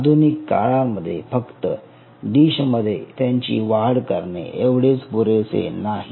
आधुनिक काळामध्ये फक्त डिशमध्ये त्यांची वाढ करणे एवढेच पुरेसे नाही